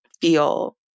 feel